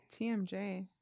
TMJ